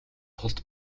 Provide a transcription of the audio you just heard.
тулд